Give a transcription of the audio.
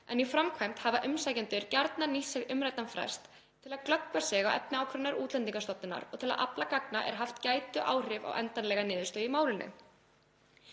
en í framkvæmd hafa umsækjendur gjarnan nýtt sér umræddan frest, til að glöggva sig á efni ákvörðunar Útlendingastofnunar og til að afla gagna er haft gætu áhrif á endanlega niðurstöðu í málinu.